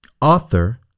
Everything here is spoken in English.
author